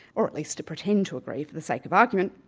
or at least to pretend to agree for the sake of argument,